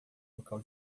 local